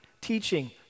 teaching